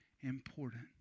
important